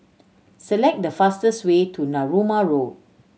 select the fastest way to Narooma Road